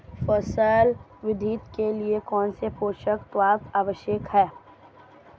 फसल वृद्धि के लिए कौनसे पोषक तत्व आवश्यक हैं?